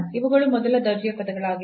ಇವುಗಳು ಮೊದಲ ದರ್ಜೆಯ ಪದಗಳಾಗಿವೆ